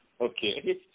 Okay